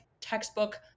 textbook